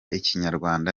ikinyarwanda